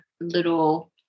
little